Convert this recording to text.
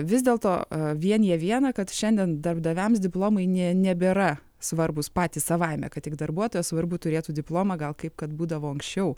vis dėlto vienija viena kad šiandien darbdaviams diplomai nebėra svarbūs patys savaime kad tik darbuotojas svarbu turėtų diplomą gal kaip kad būdavo anksčiau